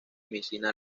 medicina